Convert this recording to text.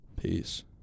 Peace